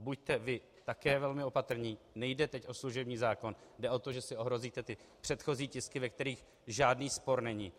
Buďte vy také velmi opatrní, nejde teď o služební zákon, jde o to, že si ohrozíte ty předchozí tisky, ve kterých žádný spor není.